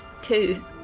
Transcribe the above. two